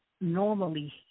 normally